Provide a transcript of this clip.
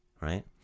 Right